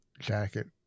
jacket